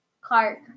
Clark